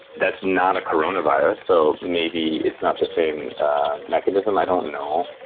that's not a coronavirus. so maybe it's not the same mechanism. i don't know.